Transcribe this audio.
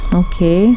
okay